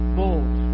bold